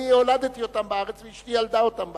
הולדתי אותם בארץ ואשתי ילדה אותם בארץ.